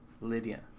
Lydia